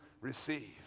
Receive